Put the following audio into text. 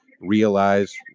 realize